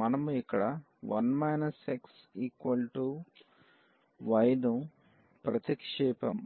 మనము ఇక్కడ 1 xy ను ప్రతిక్షేపం